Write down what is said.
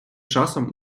часом